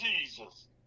jesus